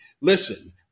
Listen